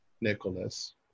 Nicholas